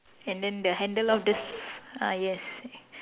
and then the handle of the s~ ah yes